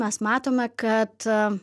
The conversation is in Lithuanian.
mes matome kad